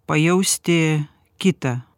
pajausti kitą